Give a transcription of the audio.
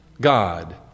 God